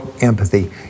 empathy